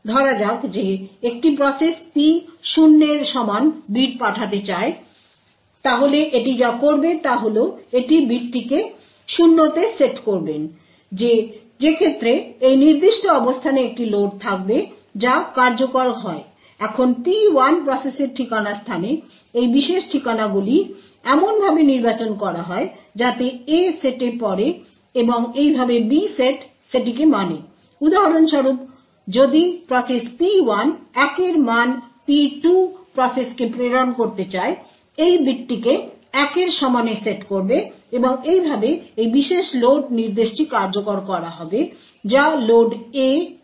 ধরা যাক যে একটি প্রসেস P 0 এর সমান বিট পাঠাতে চায় তাহলে এটি যা করবে তা হল এটি বিটটিকে 0 তে সেট করবেন যে ক্ষেত্রে এই নির্দিষ্ট অবস্থানে একটি লোড থাকবে যা কার্যকর হয় এখন P1 প্রসেসের ঠিকানা স্থানে এই বিশেষ ঠিকানাগুলি এমনভাবে নির্বাচন করা হয় যাতে সেগুলি A সেটে পড়ে এবং এইভাবে B সেট সেটিকে মানে উদাহরণস্বরূপ যদি প্রসেস P1 1 এর একটি মান P2 প্রসেসকে প্রেরণ করতে চায় এটি বিটটিকে 1 এর সমানে সেট করবে এবং এইভাবে এই বিশেষ লোড নির্দেশটি কার্যকর হবে যা লোড A P1